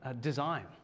design